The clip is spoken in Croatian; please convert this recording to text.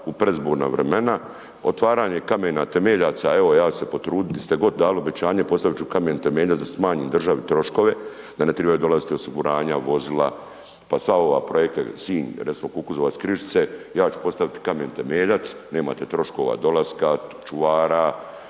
u predizborna vremena, otvaranje kamena temeljaca evo ja ću se potrudit di ste god dali obećanje postavit ću kamen temeljac da smanjim državi troškove, da ne tribaju dolaziti osiguranja, vozila pa sva ova projekta Sinj recimo Kukuzova – Križice, ja ću postavit kamen temeljac nemate troškova dolaska, čuvara,